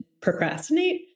procrastinate